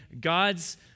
God's